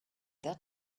that